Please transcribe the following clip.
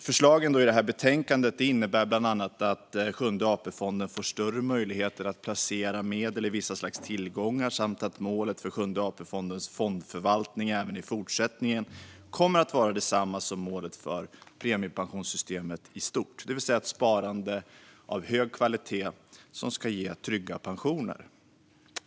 Förslagen i betänkandet innebär bland annat att Sjunde AP-fonden får större möjligheter att placera medel i vissa slags tillgångar och att målet för Sjunde AP-fondens fondförvaltning även i fortsättningen kommer att vara detsamma som målet för premiepensionssystemet i stort, det vill säga ett sparande av hög kvalitet som ska ge trygga pensioner.